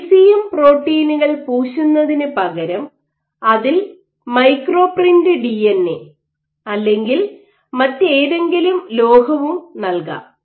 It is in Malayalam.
ഇസിഎം പ്രോട്ടീനുകൾ പൂശുന്നതിനുപകരം അതിൽ മൈക്രോ പ്രിന്റ് ഡിഎൻഎ അല്ലെങ്കിൽ മറ്റേതെങ്കിലും ലോഹവും നൽകാം